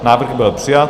Návrh byl přijat.